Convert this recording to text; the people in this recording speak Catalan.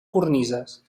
cornises